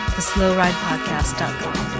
TheSlowRidePodcast.com